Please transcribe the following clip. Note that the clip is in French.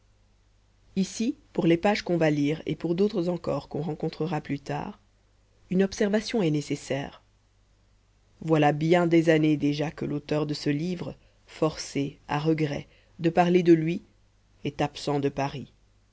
ici pour les pages qu'on va lire et pour d'autres encore qu'on rencontrera plus tard une observation est nécessaire voilà bien des années déjà que l'auteur de ce livre forcé à regret de parler de lui est absent de paris